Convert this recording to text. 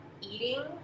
eating